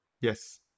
Yes